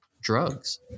drugs